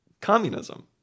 Communism